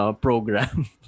program